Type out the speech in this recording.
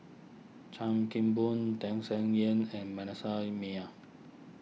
Chan Kim Boon Tham Sien Yen and Manasseh Meyer